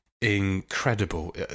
incredible